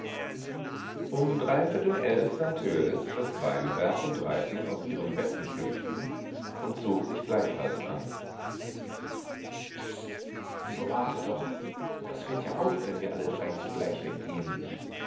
um dreiviertel elf uhr sah törleß daß beineberg und reiting aus ihren betten schlüpften und zog sich gleichfalls an pst so warte doch das fällt ja auf wenn wir alle drei zugleich weggehen